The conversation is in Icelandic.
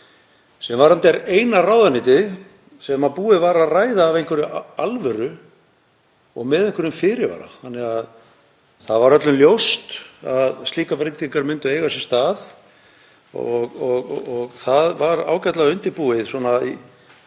sem er eina ráðuneytið sem búið var að ræða af einhverri alvöru og með einhverjum fyrirvara, þannig að það var öllum ljóst að slíkar breytingar myndu eiga sér stað og það var ágætlega undirbúið þegar